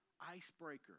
icebreaker